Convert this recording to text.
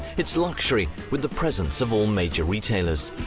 its luxury with the presence of all major retailers.